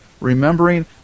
remembering